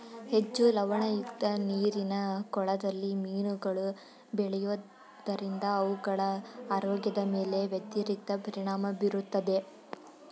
ಹೆಚ್ಚು ಲವಣಯುಕ್ತ ನೀರಿನ ಕೊಳದಲ್ಲಿ ಮೀನುಗಳು ಬೆಳೆಯೋದರಿಂದ ಅವುಗಳ ಆರೋಗ್ಯದ ಮೇಲೆ ವ್ಯತಿರಿಕ್ತ ಪರಿಣಾಮ ಬೀರುತ್ತದೆ